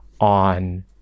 on